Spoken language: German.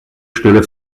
schnelle